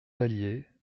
valier